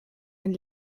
ein